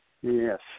yes